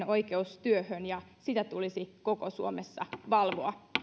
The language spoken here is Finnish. oikeus työhön ja sitä tulisi koko suomessa valvoa